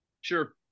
sure